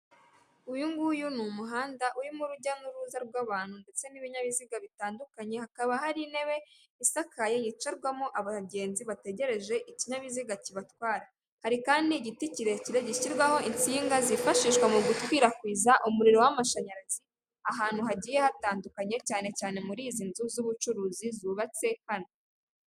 Uyu nguyu ni umuhanda urimo urujya n'uruza rw'abantu ndetse n'ibinyabiziga bitandukanye hakaba hari intebe isakaye yicarwamo abagenzi bategereje ikinyabiziga kibatwara, hari kandi igiti kirekire gishyirwaho insinga zifashishwa mu gukwirakwiza umuriro w'amashanyarazi ahantu hagiye hatandukanye cyane cyane muri izi nzu z'ubucuruzi zubatse hano.